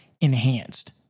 Enhanced